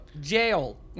Jail